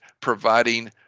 providing